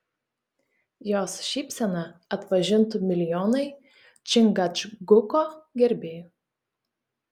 jos šypseną atpažintų milijonai čingačguko gerbėjų